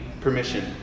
Permission